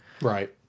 Right